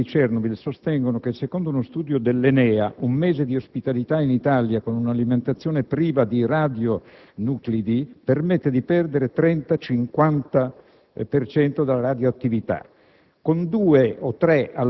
Le associazioni per i bambini di Chernobyl sostengono che, secondo uno studio dell'ENEA, un mese di ospitalità in Italia con un'alimentazione priva di radionuclidi permette a questi bambini